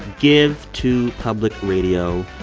give to public radio.